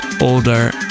older